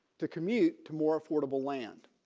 to commute to more affordable land.